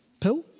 pill